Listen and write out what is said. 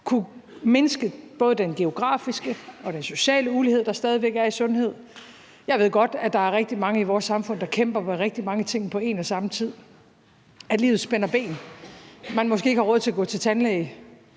kunne mindske både den geografiske og den sociale ulighed, der stadig væk er i sundhed. Jeg ved godt, at der er rigtig mange i vores samfund, der kæmper med rigtig mange ting på en og samme tid – at livet spænder ben, og at man måske ikke har råd til at gå til tandlæge.